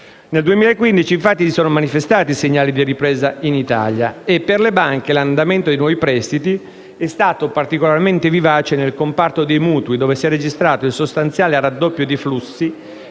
Nel 2015, infatti, si sono manifestati segnali di ripresa in Italia e per le banche l'andamento dei nuovi prestiti è stato particolarmente vivace nel comparto dei mutui, dove si è registrato il sostanziale raddoppio di flussi